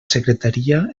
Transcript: secretaria